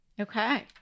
Okay